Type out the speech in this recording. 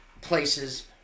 places